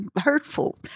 hurtful